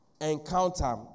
encounter